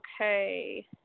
Okay